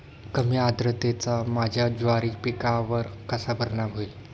कमी आर्द्रतेचा माझ्या ज्वारी पिकावर कसा परिणाम होईल?